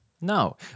No